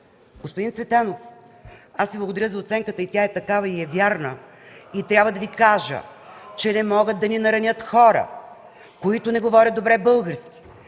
Господин Цветанов, благодаря за оценката! Тя е такава и е вярна. Трябва да Ви кажа, че не могат да ни наранят хора, които не говорят добре български,